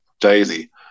Daisy